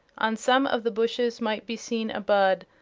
on some of the bushes might be seen a bud,